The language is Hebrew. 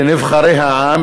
לנבחרי העם,